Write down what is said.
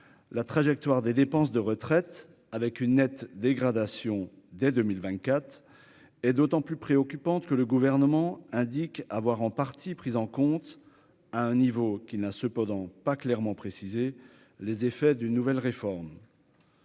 la trajectoire des dépenses de retraites avec une nette dégradation dès 2000 vingt-quatre et d'autant plus préoccupante que le gouvernement indique avoir en partie prises en compte, à un niveau qui n'a cependant pas clairement précisé les effets d'une nouvelle réforme.